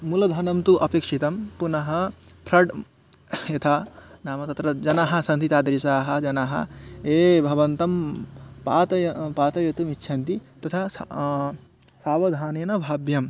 मूलधनं तु अपेक्षितं पुनः षड् यथा नाम तत्र जनाः सन्ति तादृशाः जनाः ये भवन्तं पातयितुं पातयितुम् इच्छन्ति तथा सह सावधानेन भाव्यं